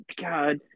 God